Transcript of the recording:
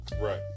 right